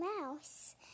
Mouse